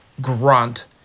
Grunt